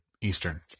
Eastern